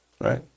right